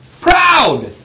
Proud